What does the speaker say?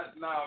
no